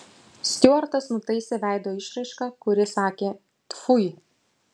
stiuartas nutaisė veido išraišką kuri sakė tfui